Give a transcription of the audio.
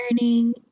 learning